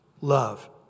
Love